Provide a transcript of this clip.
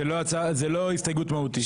כי זה הסתייגות מהותית.